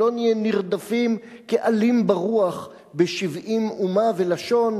שלא נהיה נרדפים כעלים ברוח בשבעים אומה ולשון.